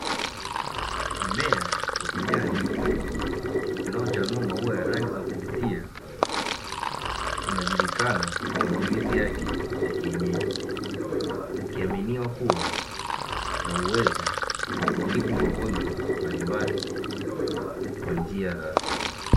Mmea wa kijani unachanua maua a kuvutia unajulikana kwa matumizi ya kienyeji, ikiaminiwa kuwa na uwezo wa kutibu magonjwa mbalimbali kwa njia za asili.